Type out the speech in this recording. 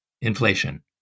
Inflation